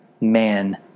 man